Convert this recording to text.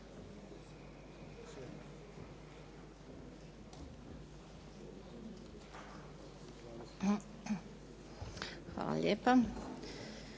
Hvala lijepa.